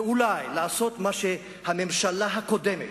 ואולי לעשות מה שהממשלה הקודמת,